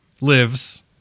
lives